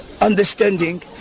understanding